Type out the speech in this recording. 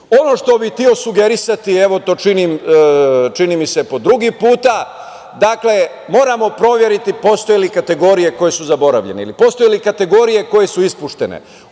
što bih hteo sugerisati, evo to činim, čini mi se, po drugi put, dakle moramo proveriti postoje li kategorije koje su zaboravljene ili postoje li kategorije koje su ispuštene.